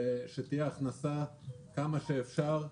שתהיה הכנסה כמה שאפשר,